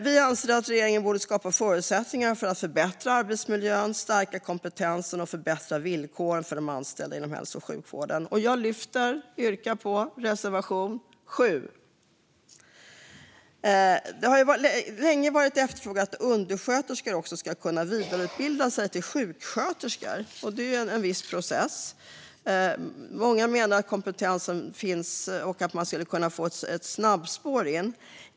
Vi anser att regeringen borde skapa förutsättningar för att förbättra arbetsmiljön, stärka kompetensen och förbättra villkoren för de anställda inom hälso och sjukvården. Jag yrkar bifall till reservation 7. Det har länge varit efterfrågat att undersköterskor ska kunna vidareutbilda sig till sjuksköterskor, och det är en viss process. Många menar att kompetensen finns och att de ska få ett snabbspår in.